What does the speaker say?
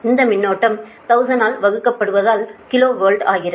இந்த மின்னோட்டம் 1000 ஆல் வகுக்கப்பட்டதால் கிலோ வோல்ட் ஆகிறது